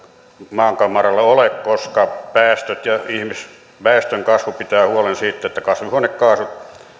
maankamaralla ole koska päästöt ja ihmisväestön kasvu pitävät huolen siitä että kasvihuonekaasut